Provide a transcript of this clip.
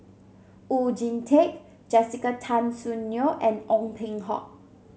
Oon Jin Teik Jessica Tan Soon Neo and Ong Peng Hock